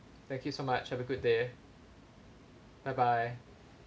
thank you so much have a good day bye bye